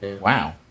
Wow